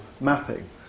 mapping